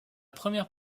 première